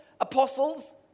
apostles